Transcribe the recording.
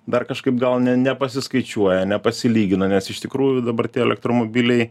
dar kažkaip gal ne nepasiskaičiuoja nepasilygina nes iš tikrųjų dabar tie elektromobiliai